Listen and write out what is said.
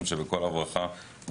מאיזה אזור בדיוק הם